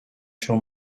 się